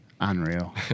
Unreal